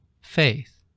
faith